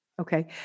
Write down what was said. okay